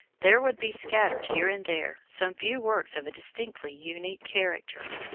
there would be scattered here and there some few works of a distinctly unique character,